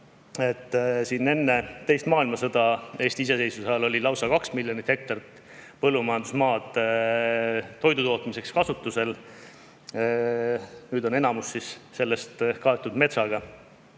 Enne teist maailmasõda, Eesti iseseisvuse ajal oli lausa kaks miljonit hektarit põllumajandusmaad toidu tootmiseks kasutusel. Nüüd on enamik sellest kaetud metsaga,